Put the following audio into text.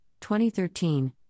2013